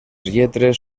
lletres